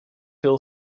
hill